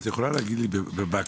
אבל את יכולה להגיד לי במקרו,